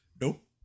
Nope